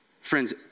Friends